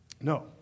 No